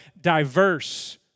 diverse